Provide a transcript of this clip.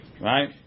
right